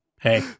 Hey